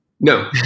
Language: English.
No